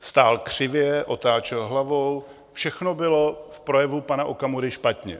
Stál křivě, otáčel hlavou, všechno bylo v projevu pana Okamury špatně.